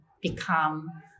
become